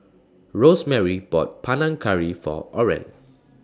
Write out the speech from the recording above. Rosemarie bought Panang Curry For Oren